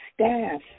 staff